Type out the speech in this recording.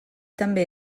també